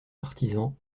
artisans